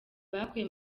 bakuye